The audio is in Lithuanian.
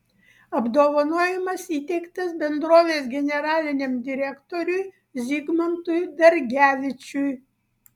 apdovanojimas įteiktas bendrovės generaliniam direktoriui zigmantui dargevičiui